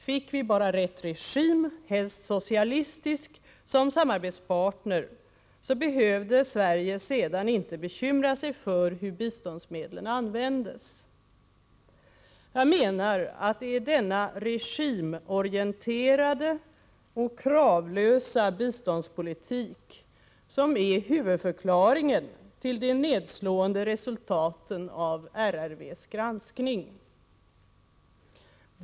Fick vi bara rätt regim, helst socialistisk, som samarbetspartner så behövde Sverige sedan inte bekymra sig för hur biståndsmedlen användes. Jag menar att det är denna regimorienterade och kravlösa biståndspolitik som är huvudförklaringen till de nedslående resultaten av RRV:s granskning.